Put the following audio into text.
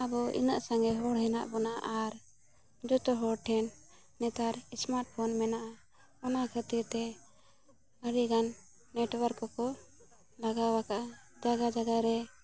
ᱟᱵᱚ ᱤᱱᱟᱹᱜ ᱥᱟᱸᱜᱮ ᱦᱚᱲ ᱦᱮᱱᱟᱜ ᱵᱚᱱᱟ ᱟᱨ ᱡᱚᱛᱚ ᱦᱚᱲ ᱴᱷᱮᱱ ᱱᱮᱛᱟᱨ ᱥᱢᱟᱨᱴ ᱯᱷᱳᱱ ᱢᱮᱱᱟᱜᱼᱟ ᱚᱱᱟ ᱠᱷᱟᱹᱛᱤᱨᱼᱛᱮ ᱟᱹᱰᱤᱜᱟᱱ ᱱᱮᱴᱣᱟᱨᱠ ᱠᱚᱠᱚ ᱞᱟᱜᱟᱣ ᱟᱠᱟᱫᱟ ᱡᱟᱭᱜᱟ ᱡᱟᱭᱜᱟ ᱨᱮ